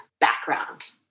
background